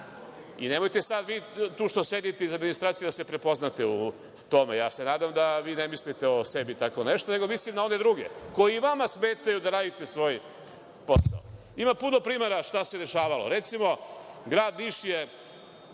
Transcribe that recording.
Nemojte sad vi tu što sedite iz administracije da se prepoznate u tome. Ja se nadam da vi ne mislite o sebi tako nešto, nego mislim na one druge koji i vama smetaju da radite svoj posao. Ima puno primera šta se dešavalo. Recimo, grad Niš je